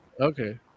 Okay